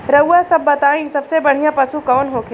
रउआ सभ बताई सबसे बढ़ियां पशु कवन होखेला?